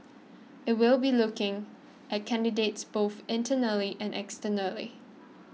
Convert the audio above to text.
it will be looking at candidates both internally and externally